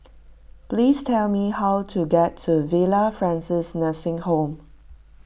please tell me how to get to Villa Francis Nursing Home